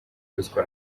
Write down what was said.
ruswa